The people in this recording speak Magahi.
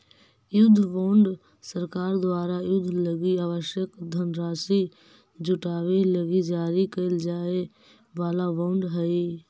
युद्ध बॉन्ड सरकार द्वारा युद्ध लगी आवश्यक धनराशि जुटावे लगी जारी कैल जाए वाला बॉन्ड हइ